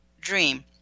dream